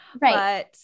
right